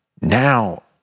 Now